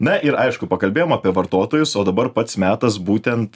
na ir aišku pakalbėjom apie vartotojus o dabar pats metas būtent